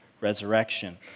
resurrection